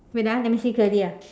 wait ah let me see clearly ah